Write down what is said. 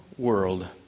World